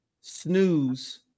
Snooze